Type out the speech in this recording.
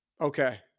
Okay